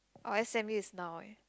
oh s_m_u is now eh